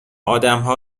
آدمها